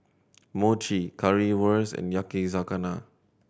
Mochi Currywurst and Yakizakana